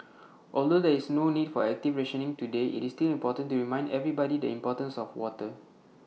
although there is no need for active rationing today IT is important to remind everybody the importance of water